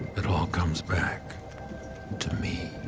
it all comes back to me.